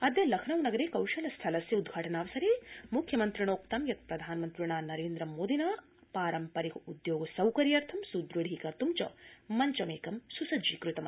अद्य लखनऊ नगरे कौशल स्थलस्य उद्घाटनावसरे मुख्यमन्त्रिणोक्तं यत् प्रधानमन्त्रिणा नरेन्द्रमोदिना पारम्परिक उद्योग सौकर्यर्थं सुदृढीकर्त् च मञ्चमेक सुसज्जीकृतम्